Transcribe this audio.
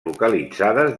localitzades